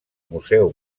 museu